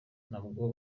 nabo